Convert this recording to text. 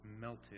melted